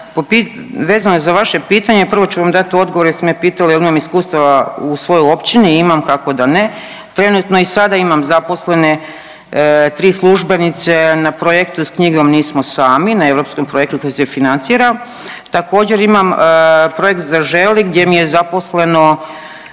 vezano za vaše pitanje, prvo ću vam dati odgovor jer ste me pitali jel imam iskustva u svojoj općini. Imam, kako da ne. Trenutno i sada imam zaposlene 3 službenice na projektu s knjigom Nismo sami, na europskom projektu koji se financira. Također imam projekt Zaželi gdje mi je zaposleno